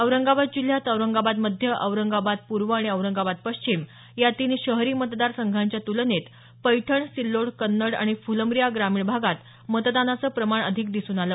औरंगाबाद जिल्ह्यात औरंगाबाद मध्य औरंगाबाद पूर्व आणि औरंगाबाद पश्चिम या तीन शहरी मतदार संघांच्या तुलनेत पैठण सिल्लोड कन्नड आणि फुलंब्री या ग्रामीण भागात मतदानाचं प्रमाण अधिक दिसून आलं